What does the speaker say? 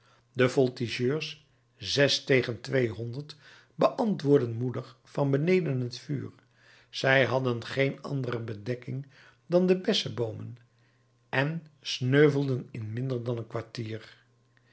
de voltigeurs zes tegen tweehonderd beantwoordden moedig van beneden het vuur zij hadden geen andere bedekking dan de besseboomen en sneuvelden in minder dan een kwartier